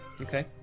Okay